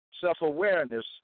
self-awareness